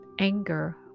Anger